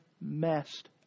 messed